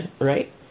Right